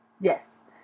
Yes